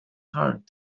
heart